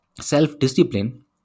self-discipline